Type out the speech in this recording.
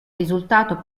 risultato